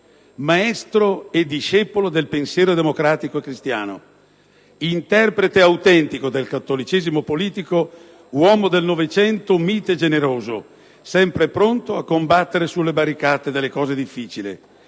maestro e discepolo del pensiero democratico e cristiano, interprete autentico del cattolicesimo politico, uomo del Novecento, mite e generoso, sempre pronto a combattere sulle barricate delle cose difficili,